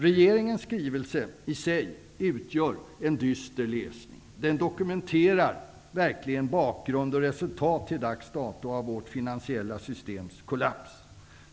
Regeringens skrivelse utgör i sig en dyster läsning. Den dokumenterar verkligen bakgrund och resultat till dags dato av vårt finansiella systems kollaps.